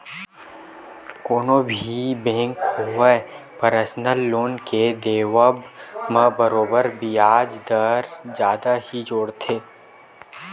कोनो भी बेंक होवय परसनल लोन के देवब म बरोबर बियाज दर जादा ही जोड़थे